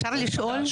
אפשר לשאול?